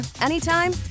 anytime